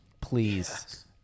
Please